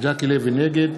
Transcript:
נגד